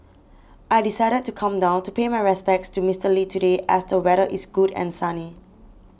I decided to come down to pay my respects to Mister Lee today as the weather is good and sunny